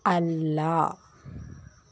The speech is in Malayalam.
അല്ല